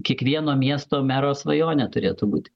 kiekvieno miesto mero svajonė turėtų būti